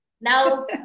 Now